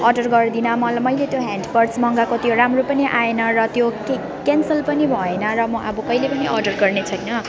order गर्दिन मल् मैले त्यो ह्यान्ड पर्स मगाएको त्यो राम्रो पनि आएन र त्यो क्यान्सल पनि भएन र अब म कहिले पनि अर्डर गर्ने छैन